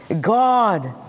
God